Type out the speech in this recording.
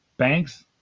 Banks